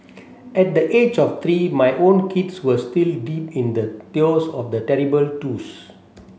at the age of three my own kids were still deep in the throes of the terrible twos